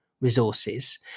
resources